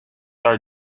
are